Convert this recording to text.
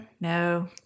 No